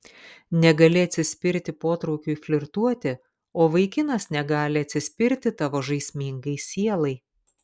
negali atsispirti potraukiui flirtuoti o vaikinas negali atsispirti tavo žaismingai sielai